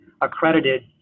accredited